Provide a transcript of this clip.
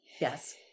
Yes